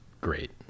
great